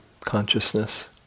consciousness